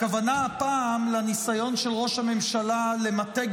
הכוונה הפעם לניסיון של ראש הממשלה למתג